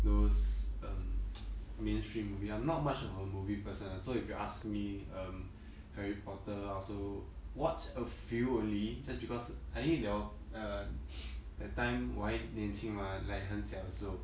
those um mainstream movie I'm not much of a movie person lah so if you ask me um harry potter I also watch a few only just because I think there were um that time 我还年轻 mah like 很小的时候